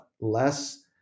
less